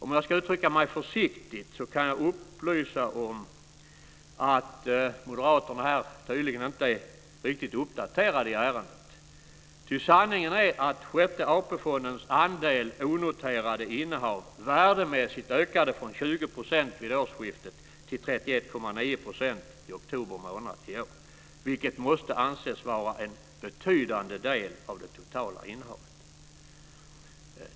Om jag ska uttrycka mig försiktigt kan jag upplysa om att moderaterna tydligen inte är riktigt uppdaterade i ärendet. Ty sanningen är att Sjätte AP-fondens andel onoterade innehav värdemässigt har ökat från 20 % vid årsskiftet till 31,9 % i oktober månad i år, vilket måste anses vara en betydande del av det totala innehavet.